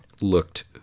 looked